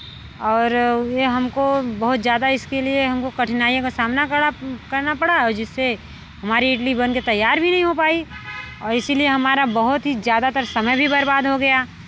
और यह हमको बहुत ज़्यादा इसके लिए हमको कठिनाइयों का सामना करना करना पड़ा जिससे हमारी इडली बनकर तैयार भी नहीं हो पाई इसलिए हमारा बहुत ही ज़्यादातर समय भी बर्बाद हो गया